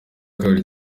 kabiri